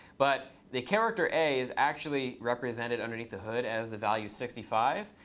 but the character a is actually represented underneath the hood as the value sixty five.